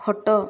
ଖଟ